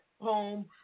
home